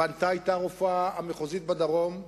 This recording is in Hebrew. היתה הרופאה המחוזית בדרום,